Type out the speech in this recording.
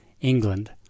England